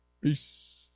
Peace